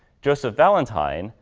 joseph valentine,